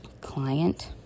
client